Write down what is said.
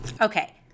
Okay